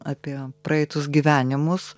apie praeitus gyvenimus